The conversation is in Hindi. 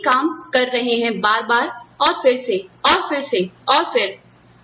आप एक ही काम कर रहे हैं बार बार और फिर से और फिर से और फिर